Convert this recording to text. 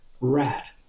rat